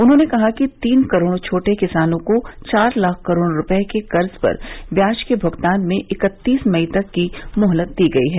उन्होंने कहा कि तीन करोड़ छोटे किसानों को चार लाख करोड़ रुपये के कर्ज पर ब्याज के भुगतान में इकत्तीस मई तक की मोहलत दी गयी है